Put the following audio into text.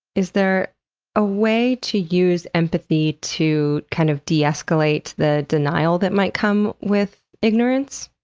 is there a way to use empathy to kind of deescalate the denial that might come with ignorance?